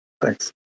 thanks